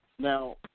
Now